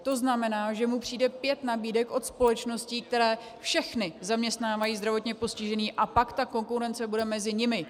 To znamená, že mu přijde pět nabídek od společností, které všechny zaměstnávají zdravotně postižené, a pak ta konkurence bude mezi nimi.